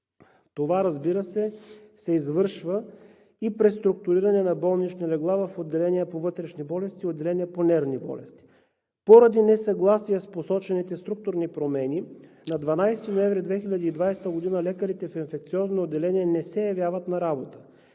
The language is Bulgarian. Това, разбира се, се извършва с преструктуриране на болнични легла в отделение по вътрешни болести и отделение по нервни болести. Поради несъгласие с посочените структурни промени на 12 ноември 2020 г. лекарите в инфекциозното отделение не се явяват на работа.